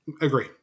agree